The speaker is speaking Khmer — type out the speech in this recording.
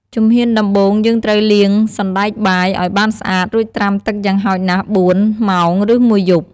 ជំហានដំបូង យើងត្រូវលាងសណ្ដែកបាយឲ្យបានស្អាត រួចត្រាំទឹកយ៉ាងហោចណាស់៤ ម៉ោង ឬមួយយប់។